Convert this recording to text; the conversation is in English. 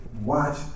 watch